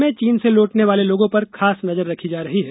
प्रदेश में चीन से लौटने वाले लोगों पर खास नजर रखी जा रही है